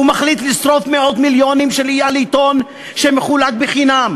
ומחליט לשרוף מאות מיליונים על עיתון שמחולק חינם.